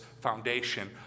foundation